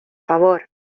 favor